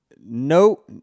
no